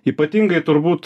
ypatingai turbūt